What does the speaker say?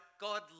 God